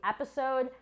episode